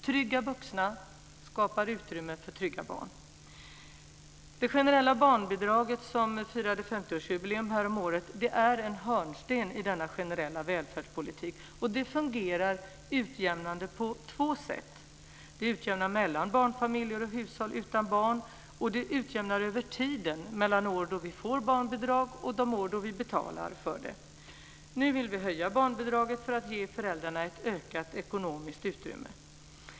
Trygga vuxna skapar utrymme för trygga barn. årsjubileum häromåret, är en hörnsten i denna generella välfärdspolitik. Det fungerar utjämnande på två sätt. Det utjämnar mellan barnfamiljer och hushåll utan barn, och det utjämnar över tiden mellan de år då vi får barnbidrag och de år då vi betalar för det. Nu vill vi höja barnbidraget för att ge föräldrarna ett ökat ekonomiskt utrymme.